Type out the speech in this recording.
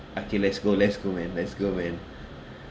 okay let's go let's go man let's go man